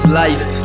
life